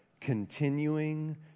continuing